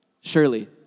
Surely